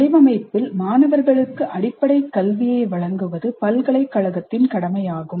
வடிவமைப்பில் மாணவர்களுக்கு அடிப்படைக் கல்வியை வழங்குவது பல்கலைக்கழகத்தின் கடமையாகும்